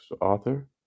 author